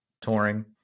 touring